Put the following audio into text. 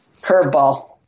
Curveball